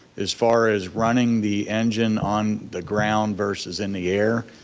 as far as running the engine on the ground versus in the air,